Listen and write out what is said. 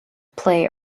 play